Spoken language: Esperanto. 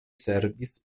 servis